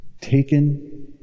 taken